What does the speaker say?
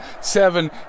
seven